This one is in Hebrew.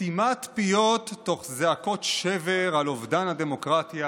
סתימת פיות תוך זעקות שבר על אובדן הדמוקרטיה